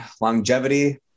longevity